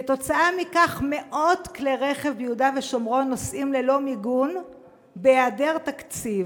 כתוצאה מכך מאות כלי רכב ביהודה ושומרון נוסעים ללא מיגון בהיעדר תקציב.